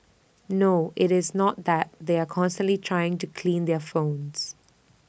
no IT is not that they are constantly trying to clean their phones